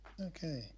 Okay